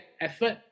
effort